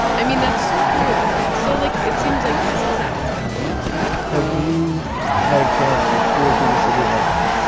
i mean, that's true. so, like, it seems like a success have you had a chance to tour through the city of von ormy?